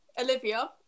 Olivia